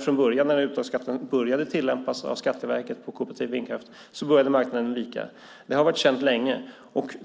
Så snart Skatteverket började tillämpa uttagsskatt på kooperativ vindkraft började marknaden vika. Det har varit känt länge.